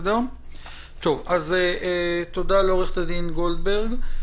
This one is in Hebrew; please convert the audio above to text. תודה לעו"ד גולדברג.